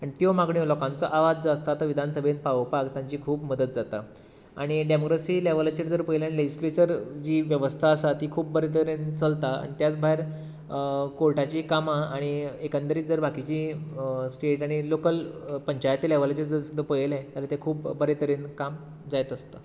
आनी त्यो मागण्यो लोकांचो आवाज जो आसता तो विधान सभेंत पावोवपाक तांची खूब मदत जाता आनी डेमोक्रोसी लेवलाचेर पळयलें जाल्यार लेजिस्लेचर जी वेवस्था आसा ती खूब बरे तरेन चलता आनी त्याच भायर काॅर्टाचीं कांमां आनी एकंदरीत जर बाकिचीं स्टेट आनी लाॅकल पंचायती लेवलाचेर सुद्दां पळयलें जाल्यार तें खूब बरें तरेन काम जायत आसता